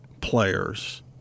players